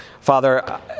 Father